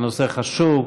הנושא חשוב.